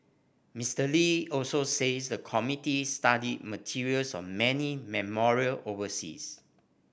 Mister Lee also says the committee study materials on many memorials overseas